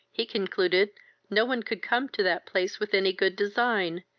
he concluded no one could come to that place with any good design,